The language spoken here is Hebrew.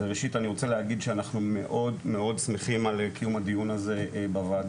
ראשית אני רוצה להגיד שאנחנו מאוד מאוד שמחים על קיום הדיון הזה בוועדה,